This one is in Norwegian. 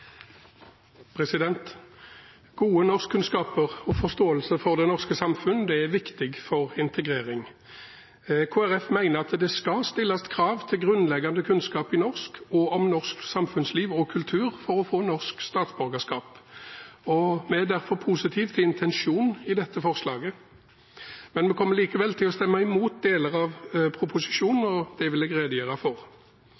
av. Gode norskkunnskaper og forståelse for det norske samfunn er viktig for integrering. Kristelig Folkeparti mener at det skal stilles krav til grunnleggende kunnskap i norsk og om norsk samfunnsliv og kultur for å få norsk statsborgerskap, og vi er derfor positive til intensjonen i dette forslaget. Men vi kommer likevel til å stemme imot deler av innstillingen, og det vil jeg redegjøre for.